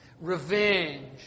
revenge